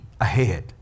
ahead